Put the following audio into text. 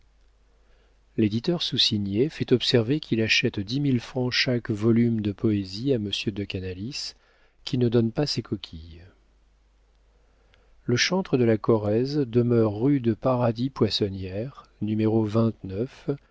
l'éditeur soussigné fait observer qu'il achète dix mille francs chaque volume de poésies à monsieur de canalis qui ne donne pas ses coquilles le chantre de la corrèze demeure rue de paradis poissonnière